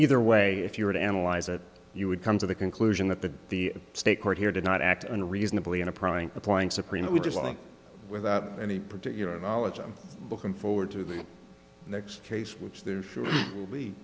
either way if you were to analyze it you would come to the conclusion that the the state court here did not act on reasonably in a prying applying supreme it would just like without any particular knowledge i'm looking forward to the next case which there will be